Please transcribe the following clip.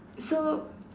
so